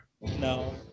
No